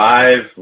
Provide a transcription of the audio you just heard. Five